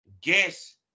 guess